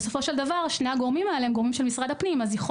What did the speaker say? מדובר בשני גורמים של משרד הפנים אז יכול